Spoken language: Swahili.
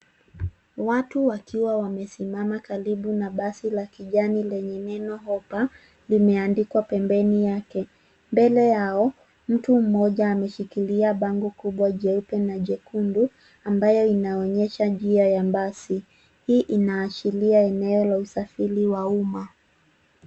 Watu wakiwa wamesimama karibu na basi la kijani lenye neno hoppa limeandikwa pembeni yake. Mbele yao, mtu mmoja ameshikilia bango kubwa jeupe na jekundu ambayo inaonyesha njia ya basi. Hii inaashiria eneo la usafiri wa umma.